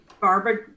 Barbara